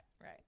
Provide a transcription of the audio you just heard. right